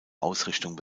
ausrichtung